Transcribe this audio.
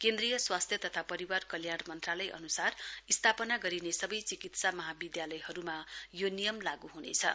केन्द्रीय स्वास्थ्य तथा परिवार कल्यान मन्त्रालय अनुसार स्थापना गरिनै सबै चिकित्सा महाविद्यालयहरूमा लागू हुनेछन्